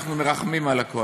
אנחנו מרחמים על הקואליציה.